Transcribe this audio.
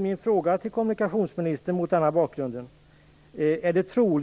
Min fråga till kommunikationsministern blir mot denna bakgrund: Är det kommunikationsministerns